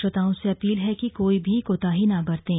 श्रोताओं से अपील है कि कोई भी कोताही न बरतें